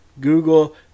google